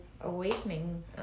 awakening